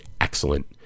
excellent